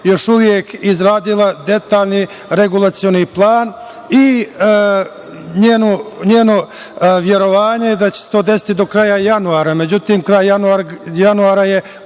još uvek izradila detaljni regulacioni plan i njeno verovanje je da će se to desiti do kraja januara. Međutim, kraj januara je